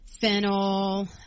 fennel